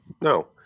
no